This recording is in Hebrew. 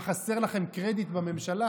מה, חסר לכם קרדיט בממשלה?